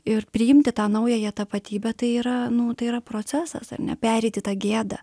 ir priimti tą naująją tapatybę tai yra nu tai yra procesas ar ne pereiti tą gėdą